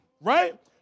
Right